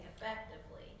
effectively